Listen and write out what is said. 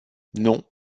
non